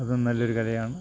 അതും നല്ലൊരു കലയാണ്